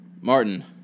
Martin